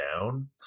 down